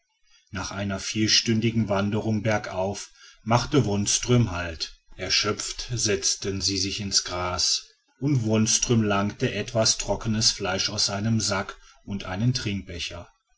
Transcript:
nach einer vierstündigen wanderung bergauf machte wonström halt erschöpft setzten sie sich in's gras und wonström langte etwas trockenes fleisch aus seinem sack und einen trinkbecher